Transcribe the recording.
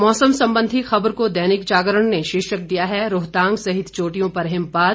मौसम संबंधी खबर को दैनिक जागरण ने शीर्षक दिया है रोहतांग सहित चोटियों पर हिमपात